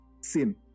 sin